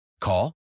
Call